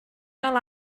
fel